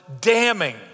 damning